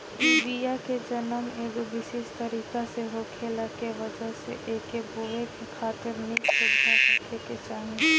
इ बिया के जनम एगो विशेष तरीका से होखला के वजह से एके बोए खातिर निक सुविधा होखे के चाही